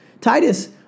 Titus